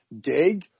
Dig